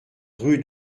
rue